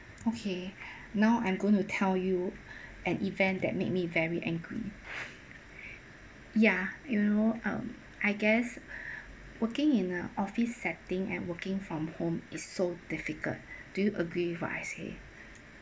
okay now I'm going to tell you an event that made me very angry ya you know um I guess working in a office setting and working from home is so difficult do you agree with what I say